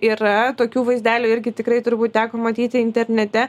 yra tokių vaizdelių irgi tikrai turbūt teko matyti internete